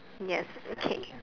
yes okay